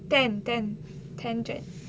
ten ten ten january